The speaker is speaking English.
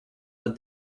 but